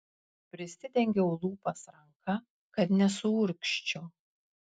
prisidengiau lūpas ranka kad nesuurgzčiau